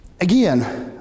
Again